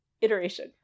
iteration